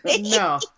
No